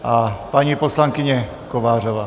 A paní poslankyně Kovářová.